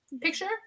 picture